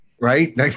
right